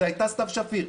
זאת הייתה סתיו שפיר,